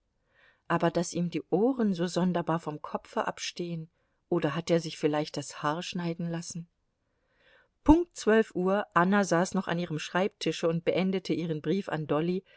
aber daß ihm die ohren so sonderbar vom kopfe abstehen oder hat er sich vielleicht das haar schneiden lassen punkt zwölf uhr anna saß noch an ihrem schreibtische und beendete ihren brief an dolly